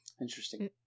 Interesting